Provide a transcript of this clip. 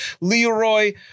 Leroy